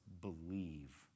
believe